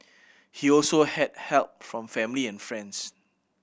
he also had help from family and friends